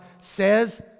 says